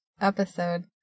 episode